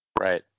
right